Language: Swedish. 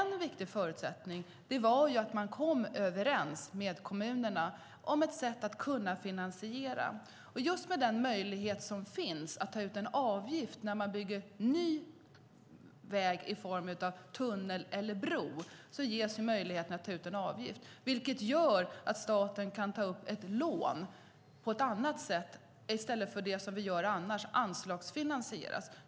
En viktig förutsättning var att man kom överens med kommunerna om ett sätt att finansiera. När man bygger ny väg i form av tunnel eller bro ges möjligheten att ta ut en avgift, vilket gör att staten kan ta upp ett lån på ett annat sätt i stället för att göra som vi gör annars, nämligen anslagsfinansiera.